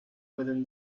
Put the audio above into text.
within